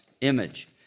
image